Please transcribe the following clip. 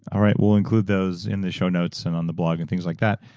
all right. we'll include those in the show notes and on the blog and things like that.